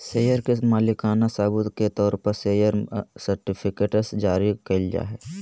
share के मालिकाना सबूत के तौर पर शेयर सर्टिफिकेट्स जारी कइल जाय हइ